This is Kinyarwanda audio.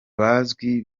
bazwi